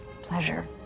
pleasure